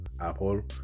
Apple